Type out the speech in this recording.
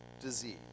disease